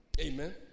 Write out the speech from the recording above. Amen